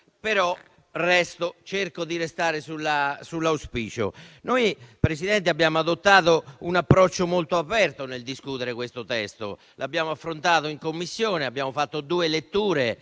Cerco, però di restare sull'auspicio. Presidente, abbiamo adottato un approccio molto aperto nel discutere il testo in esame; lo abbiamo affrontato in Commissione, abbiamo fatto due letture